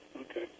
Okay